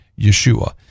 Yeshua